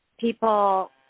people